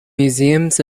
museums